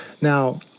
Now